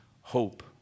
hope